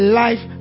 life